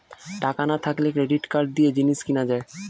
টাকা না থাকলে ক্রেডিট কার্ড দিয়ে জিনিস কিনা যায়